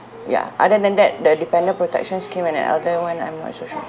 ya other than that the dependent protection scheme and an elder [one] I'm not so sure